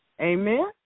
Amen